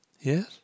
yes